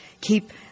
keep